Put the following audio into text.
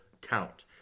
count